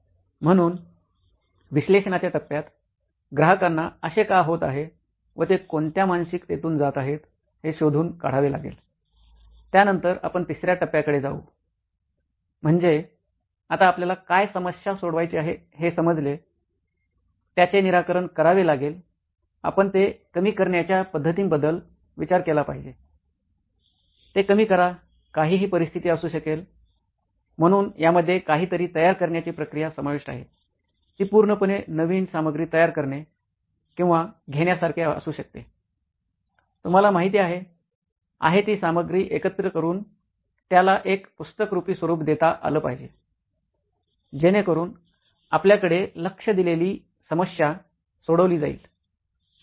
म्हणून विश्लेषणाच्या टप्प्यात ग्राहकांना असे का होत आहे व ते कोणत्या मानसिकतेतून जात आहेत हे शोधून काढावे लागेल त्यानंतर आपण तिसऱ्या टप्प्याकडे जाऊ म्हणजे आता आपल्याला काय समस्या सोडवायची आहे हे समजले त्याचे निराकरण करावे लागेल आपण ते कमी करण्याच्या पद्धतींबद्दल विचार केला पाहिजे ते कमी करा काहीहि परिस्थिती असू शकेल म्हणून यामध्ये काहीतरी तयार करण्याची प्रक्रिया समाविष्ट आहे ती पूर्णपणे नवीन सामग्री तयार करणे किंवा घेण्यासारखे असू शकते तुम्हाला माहिती आहे आहे ती सामग्री एकत्रित करून त्याला एक पुस्तकरुपी स्वरूप देता आलं पाहिजे जेणेकरून आपल्याकडे लक्ष दिलेली समस्या सोडवली जाईल